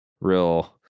real